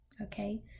okay